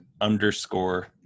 underscore